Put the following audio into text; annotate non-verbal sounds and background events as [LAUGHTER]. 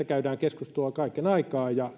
[UNINTELLIGIBLE] käydään keskustelua kaiken aikaa ja [UNINTELLIGIBLE]